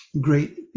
great